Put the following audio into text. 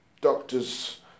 doctors